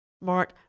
Mark